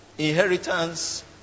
inheritance